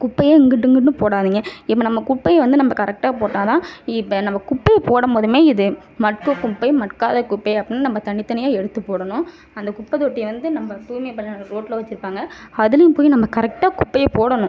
குப்பையை இங்கிட்டு இங்கிட்டுனு போடாதீங்க இப்ப நம்ம குப்பையை வந்து கரெக்டாக போட்டால்தான் இப்போ நம்ம குப்பையை போடு போதுமே இது மட்கும் குப்பை மட்காத குப்பை அப்படின்னு நம்ம தனித்தனியாக எடுத்துப்போடணும் அந்த குப்பை தொட்டியை வந்து நம்ப தூய்மை பணியாளர்கள் ரோட்டில் வைச்சிருப்பாங்க அதிலேயும் போய் நம்ம கரெக்டாக குப்பையை போடணும்